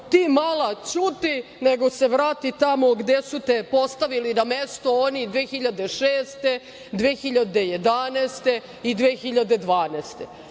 ti, mala, ćuti, nego se vrati tamo gde su te postavili na mesto oni 2006, 2011. i 2012.